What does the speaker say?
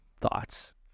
thoughts